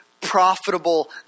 profitable